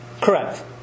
Correct